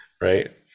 Right